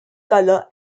color